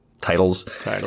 titles